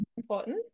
important